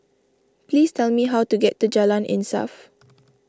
please tell me how to get to Jalan Insaf